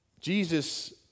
Jesus